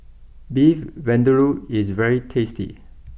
Beef Vindaloo is very tasty